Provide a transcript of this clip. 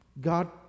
God